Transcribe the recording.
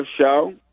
show